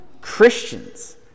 Christians